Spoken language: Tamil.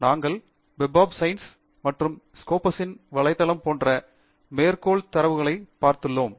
நாங்கள் வெப் ஆப் சயின்ஸ் மற்றும் ஸ்கோபஸின் வலைத்தளம் போன்ற மேற்கோள் தரவுத்தளங்களைப் பார்த்துள்ளோம்